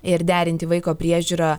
ir derinti vaiko priežiūrą